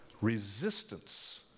resistance